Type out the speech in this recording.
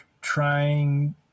trying